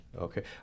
Okay